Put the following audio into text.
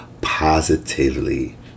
positively